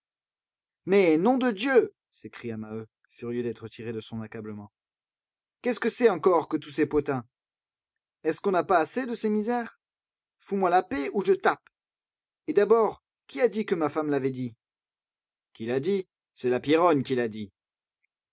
mais nom de dieu s'écria maheu furieux d'être tiré de son accablement qu'est-ce que c'est encore que tous ces potins est-ce qu'on n'a pas assez de ses misères fous moi la paix ou je tape et d'abord qui a dit que ma femme l'avait dit qui l'a dit c'est la pierronne qui l'a dit